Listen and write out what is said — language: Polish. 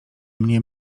mnie